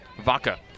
Vaca